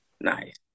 Nice